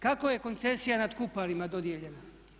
Kako je koncesija nad Kuparima dodijeljena.